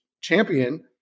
champion